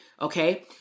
Okay